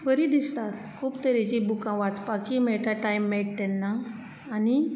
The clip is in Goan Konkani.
बरीं दिसता खूब तरेचीं बुकां वाचपाकीय मेळटा टायम मेळटा तेन्ना आनी